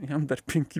jam dar penki